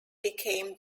became